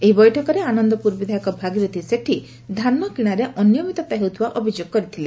ଏହି ବୈଠକରେ ଆନନପୁର ବିଧାୟକ ଭାଗିରଥି ସେଠୀ ଧାନକିଶା ଅନିୟମିତତା ହେଉଥିବା ଅଭିଯୋଗ କରିଥିଲେ